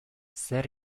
zer